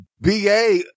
BA